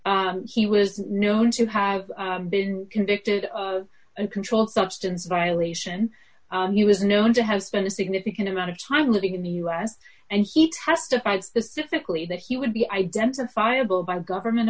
he was known to have been convicted of a controlled substance violation he was known to have spent a significant amount of time living in the us and he testified specifically that he would be identifiable by government